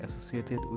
associated